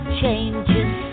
changes